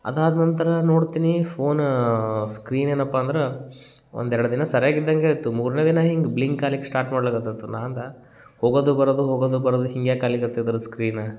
ಅದಾದ ನಂತರ ನೋಡ್ತೀನಿ ಫೋನ ಸ್ಕ್ರೀನ್ ಏನಪ್ಪ ಅಂದ್ರೆ ಒಂದೆರಡು ದಿನ ಸರ್ಯಾಗಿ ಇದ್ದಂಗೆ ಇತ್ತು ಮೂರನೇ ದಿನ ಹಿಂಗೆ ಬ್ಲಿಂಕ್ ಆಗ್ಲಿಕ್ಕೆ ಸ್ಟಾರ್ಟ್ ಮಾಡ್ಲಿಕತೈತು ನಾ ಅಂದೆ ಹೋಗೋದು ಬರೋದು ಹೋಗೋದು ಬರೋದು ಹಿಂಗೆ ಯಾಕೆ ಆಗ್ಲಿಕತ್ತು ಇದ್ರ ಸ್ಕ್ರೀನ